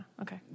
Okay